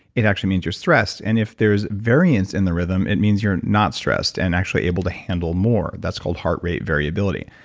it actually means you're stressed. and if there's variance in the rhythm, it means you're not stressed, and actually able to handle more. that's called heart rate variability.